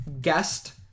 guest